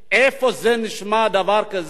איפה נשמע דבר כזה